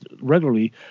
regularly